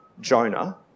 Jonah